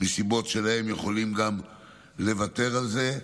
מסיבות שלהם, יכולים גם לוותר על זה.